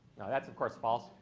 no, that's of course false.